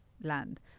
land